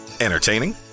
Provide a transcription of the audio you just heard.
entertaining